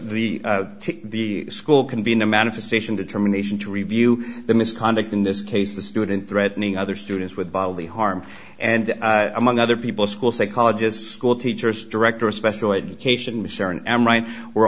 the the school convened a manifestation determination to review the misconduct in this case the student threatening other students with bodily harm and among other people school psychologists school teachers director of special education to sharon am right were